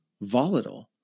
volatile